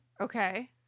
Okay